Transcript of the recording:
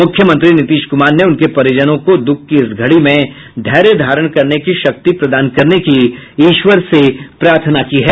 मुख्यमंत्री नीतीश कुमार ने उनके परिजनों को दुःख की इस घड़ी में धैर्य धारण करने की शक्ति प्रदान करने की ईश्वर से प्रार्थना की है